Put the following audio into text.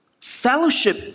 Fellowship